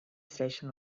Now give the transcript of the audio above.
station